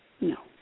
No